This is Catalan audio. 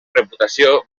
reputació